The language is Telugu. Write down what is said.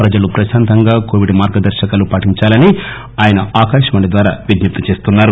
ప్రజలు ప్రశాంతంగా కోవిడ్ మార్గదర్రకాలు పాటించాలని ఆయన ఆకాశవాణి ద్వారా విజ్ఞప్తి చేస్తూ